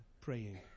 praying